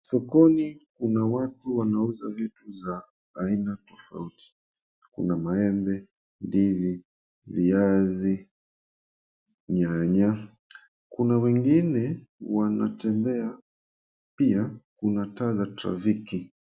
Sokoni kuna watu wanauza vitu vya aina tofauti, kuna maembe, ndizi, viazi, nyanya. Wengine wanatembea na pia kuna taa za trafiki.